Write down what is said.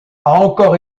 encore